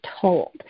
told